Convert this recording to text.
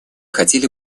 хотели